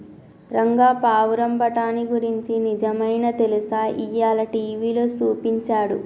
రంగా పావురం బఠానీ గురించి నిజమైనా తెలుసా, ఇయ్యాల టీవీలో సూపించాడు